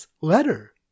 Letter